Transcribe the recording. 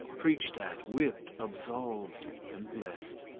preached at, whipped, absolved, and blessed,